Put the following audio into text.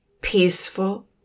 peaceful